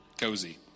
cozy